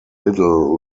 little